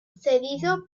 cedido